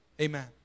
Amen